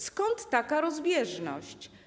Skąd taka rozbieżność?